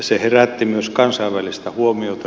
se herätti myös kansainvälistä huomiota